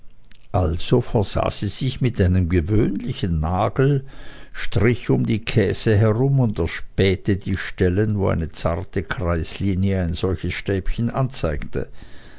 also versah sie sich mit einem gewöhnlichen nagel strich um die käse herum und erspähte die stellen wo eine zarte kreislinie ein solches stäbchen anzeigte